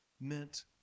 meant